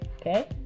Okay